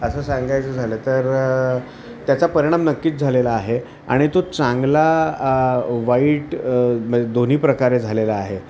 असं सांगायचं झालं तरं त्याचा परिणाम नक्कीच झालेला आहे आणि तो चांगला वाईट म्हणजे दोन्ही प्रकारे झालेला आहे